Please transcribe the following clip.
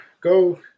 go